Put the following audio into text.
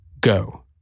Go